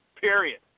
Period